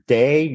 day